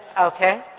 okay